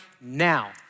now